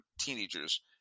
teenagers